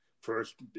first